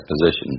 position